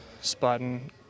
spotting